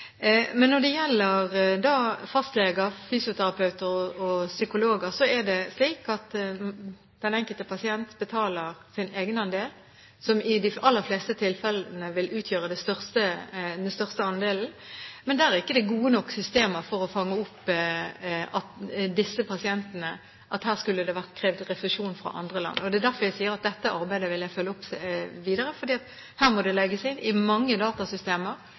Når det gjelder fastleger, fysioterapeuter og psykologer, er det slik at den enkelte pasient betaler sin egenandel, som i de aller fleste tilfellene vil utgjøre den største andelen. Men det er ikke gode nok systemer for å fange opp at det her skulle vært krevd refusjon fra andre land. Det er derfor jeg sier at jeg vil følge opp arbeidet videre, for her må dette legges inn i mange datasystemer